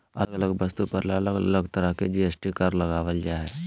अलग अलग वस्तु पर अलग अलग तरह के जी.एस.टी कर लगावल जा हय